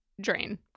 drain